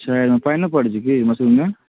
अच्छा एहिमे पानिओ पड़ै छै की मशरूममे